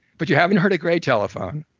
but you haven't heard of gray telephone.